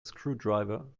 screwdriver